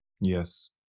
Yes